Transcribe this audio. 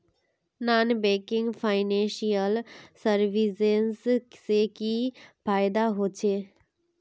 Non banking financial services से की फायदा होचे?